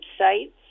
websites